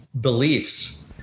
beliefs